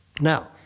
Now